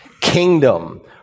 Kingdom